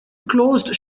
closed